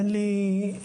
אין לי מושג.